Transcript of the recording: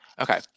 Okay